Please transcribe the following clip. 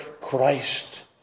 Christ